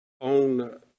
On